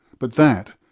but that,